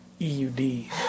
E-U-D